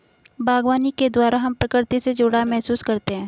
बागवानी के द्वारा हम प्रकृति से जुड़ाव महसूस करते हैं